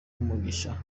umugisha